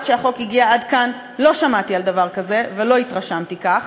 עד שהחוק הגיע עד כאן לא שמעתי על דבר כזה ולא התרשמתי כך.